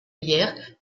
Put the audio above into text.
hyères